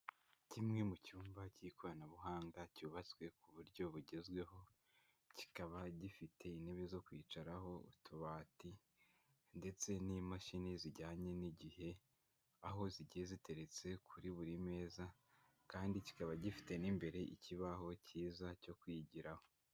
Kimwe mu cyumba cy'ikoranabuhanga cyubatswe ku buryo bugezweho kikaba gifite intebe zo kwicaraho, utubati ndetse n'imashini zijyanye n'igihe, aho zigiye ziteretse kuri buri meza kandi kikaba gifite n'imbere ikibaho cyiza cyo kwigiraho.